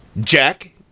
Jack